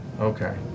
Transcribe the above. Okay